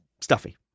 Stuffy